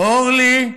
חיים,